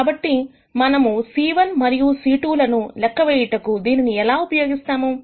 కాబట్టి మనము c1 మరియు c2 లను లెక్క వేయుటకు దీనిని ఎలా ఉపయోగిస్తాము